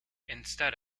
instead